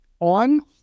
on